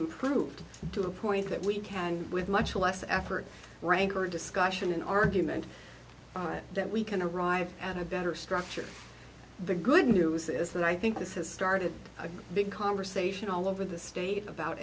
improved to a point that we can with much less effort rancor discussion an argument that we can arrive at a better structure the good news is that i think this has started a big conversation all over the state about